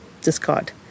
discard